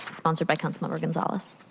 sponsored by councilmember gonzales.